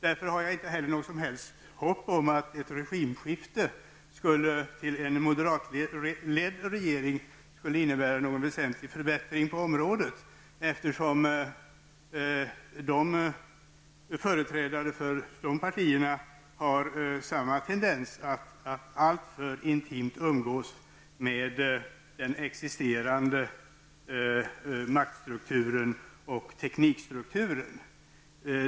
Jag har därför inte något som helst hopp om att ett regimskifte med en moderatledd regering skulle innebära någon väsentlig förbättring på området, eftersom företrädare för en sådan regering skulle tendera att alltför intimt umgås med representanter för den existerande makt och teknikstrukturen.